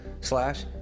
slash